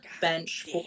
bench